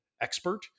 expert